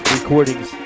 Recordings